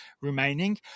remaining